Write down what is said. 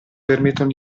permettano